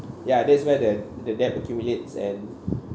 ya that's why the the debt accumulates and